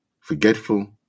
forgetful